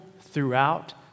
throughout